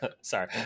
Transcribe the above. Sorry